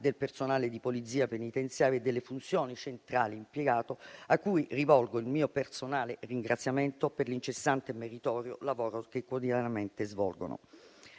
del personale di Polizia penitenziaria e delle funzioni centrali impiegato, a cui rivolgo il mio personale ringraziamento per l'incessante e meritorio lavoro che quotidianamente svolgono.